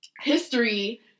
history